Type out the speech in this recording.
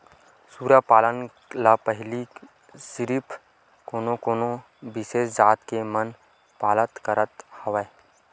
सूरा पालन ल पहिली सिरिफ कोनो कोनो बिसेस जात के मन पालत करत हवय